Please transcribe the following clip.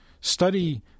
Study